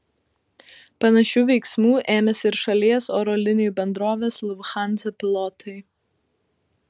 panašių veiksmų ėmėsi ir šalies oro linijų bendrovės lufthansa pilotai